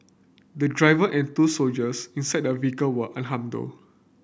the driver and two soldiers inside the vehicle were unharmed though